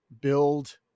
build